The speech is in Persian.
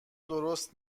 درست